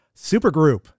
Supergroup